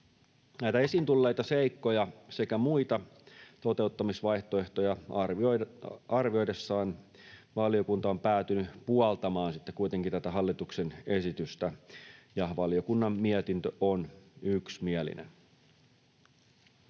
Näitä esiin tulleita seikkoja sekä muita toteuttamisvaihtoehtoja arvioidessaan valiokunta on päätynyt puoltamaan sitten kuitenkin tätä hallituksen esitystä, ja valiokunnan mietintö on yksimielinen.